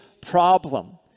problem